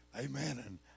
Amen